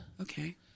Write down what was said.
Okay